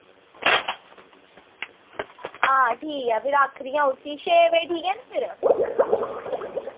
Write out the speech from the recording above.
आं ठीक ऐ भी आक्खनियां उसगी छे बजे आक्खने आं उसगी